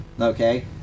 okay